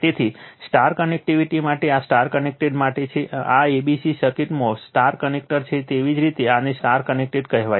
તેથી Y connectivity માટે આ Y કનેક્ટેડ માટે છે આ a b c સર્કિટમાં Y કનેક્ટર છે તેવી જ રીતે આને Y કનેક્ટેડ કહેવાય છે